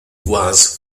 once